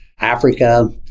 Africa